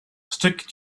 stick